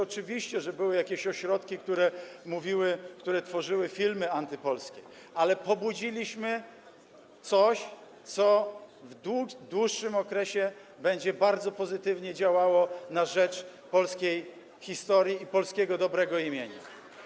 Oczywiście, że były jakieś ośrodki, które mówiły, które tworzyły filmy antypolskie, ale pobudziliśmy coś, co w dłuższym okresie będzie bardzo pozytywnie działało na rzecz polskiej historii i polskiego dobrego imienia.